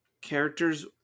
characters